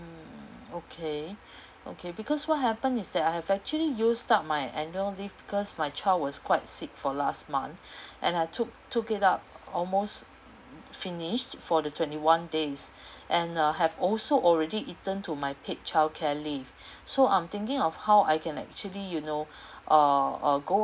okay okay because what happened is that I have actually used up my annual leave because my child was quite sick for last month and I took took it up almost finish for the twenty one days and uh have also already eaten to my paid childcare leave so I'm thinking of how I can actually you know uh uh go